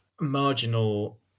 marginal